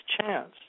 chance